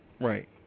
Right